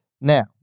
Now